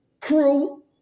crew